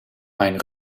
mijn